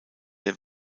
der